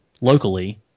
locally